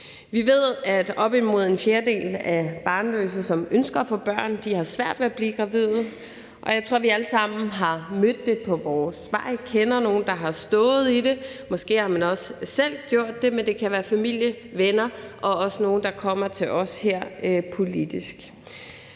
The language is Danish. Vi ved, at op imod en fjerdedel af de barnløse, som ønsker at få børn, har svært ved at blive gravide, og jeg tror, vi alle sammen har mødt det på vores vej; man kender nogen, der har stået i det, og måske har man også selv gjort det. Det kan være familie og venner, og det kan også være nogle, der kommer her til os politisk.